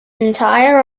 entire